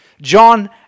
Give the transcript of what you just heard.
John